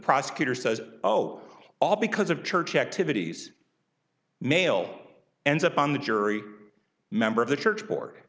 prosecutor says oh all because of church activities male ends up on the jury member of the church